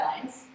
guidelines